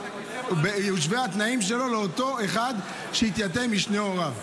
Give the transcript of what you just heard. יושוו התנאים שלו לאותו אחד שהתייתם משני הוריו,